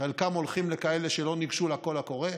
חלקם הולכים לכאלה שלא ניגשו לקול הקורא,